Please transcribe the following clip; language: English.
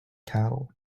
cattle